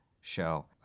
show